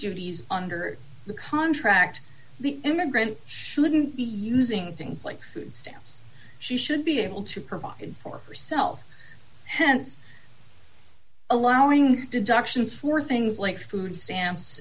duties under the contract the immigrant shouldn't be using things like food stamps she should be able to provide for herself hence allowing deductions for things like food stamps